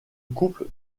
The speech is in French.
couple